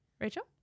Rachel